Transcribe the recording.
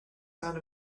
sound